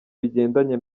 bigendanye